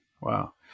Wow